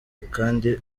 kandi